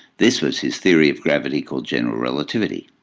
this was his theory of gravity called general relativity.